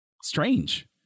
strange